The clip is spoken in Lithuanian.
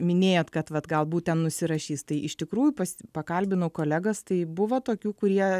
minėjot kad vat galbūt ten nusirašys tai iš tikrųjų pas pakalbinau kolegas tai buvo tokių kurie